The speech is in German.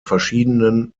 verschiedenen